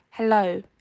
Hello